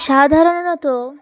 সাধারণত